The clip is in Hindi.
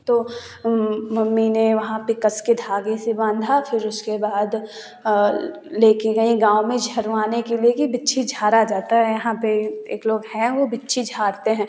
तो मम्मी ने वहाँ पर कस के धागे से बाँधा फिर उसके बाद ले कर गईं गाँव में झड़वाने के लिए कि बिच्छू झाड़ा जाता है यहाँ पर एक लोग हैं वो बिच्छू झाड़ते हैं